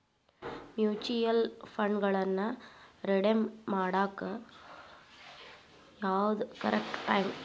mutual ಫಂಡ್ಗಳನ್ನ redeem ಮಾಡಾಕ ಯಾವ್ದು ಕರೆಕ್ಟ್ ಟೈಮ್